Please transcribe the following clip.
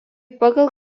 pagal